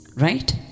right